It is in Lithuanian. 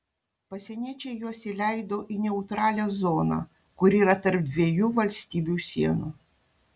pasieniečiai juos įleido į neutralią zoną kuri yra tarp dviejų valstybių sienų